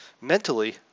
mentally